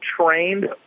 trained